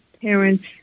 parents